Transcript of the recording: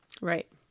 Right